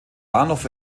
bahnhof